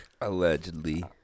Allegedly